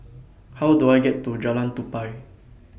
How Do I get to Jalan Tupai